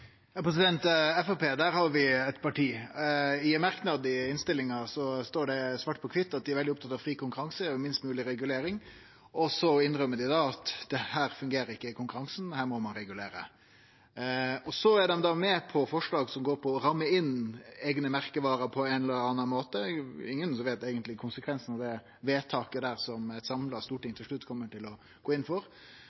ein merknad i innstillinga står det svart på kvitt at dei er veldig opptatt av fri konkurranse og minst mogleg regulering. Så innrømmer dei at her fungerer ikkje konkurransen, her må ein regulere. Så er dei med på forslag som går på å ramme inn eigne merkevarer på ein eller annan måte – det er eigentleg ingen som veit konsekvensane av det vedtaket som eit samla storting